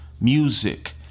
music